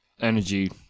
energy